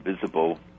visible